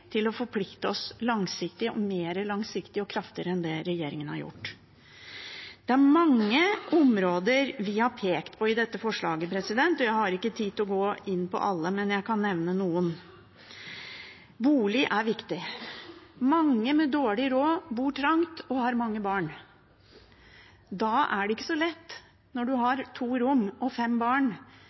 til å forplikte oss langsiktig, og mer langsiktig og kraftigere enn det regjeringen har gjort. Det er mange områder vi har pekt på i dette forslaget, og jeg har ikke tid til å gå inn på alle, men jeg kan nevne noen. Bolig er viktig. Mange med dårlig råd bor trangt og har mange barn. Det er ikke så lett når man har to rom og fem barn,